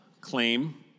claim